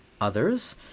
others